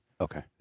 Okay